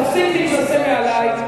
תפסיק להתנשא מעלי,